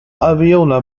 alveolar